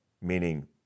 meaning